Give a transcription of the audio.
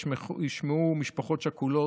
ישמעו משפחות שכולות,